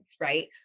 right